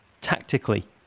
tactically